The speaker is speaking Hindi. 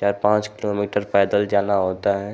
चार पाँच किलोमीटर पैदल जाना होता है